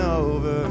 over